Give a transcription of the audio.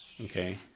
Okay